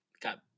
got